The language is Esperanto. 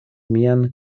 mian